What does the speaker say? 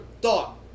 thought